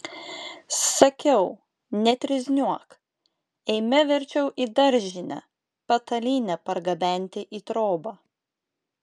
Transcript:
sakiau netrizniuok eime verčiau į daržinę patalynę pargabenti į trobą